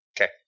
Okay